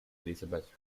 elizabeth